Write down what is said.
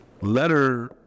letter